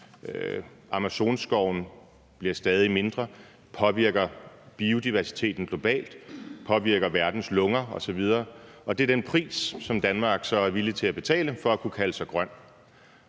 Amazonskoven bliver stadig mindre, og det påvirker biodiversiteten globalt, det påvirker verdens lunger osv., og det er den pris, som Danmark så er villig til at betale for at kunne kalde sig grøn.